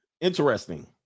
interesting